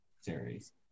series